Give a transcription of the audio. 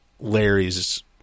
Larry's